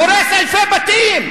הורס אלפי בתים.